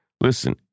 listen